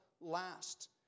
last